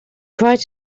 tried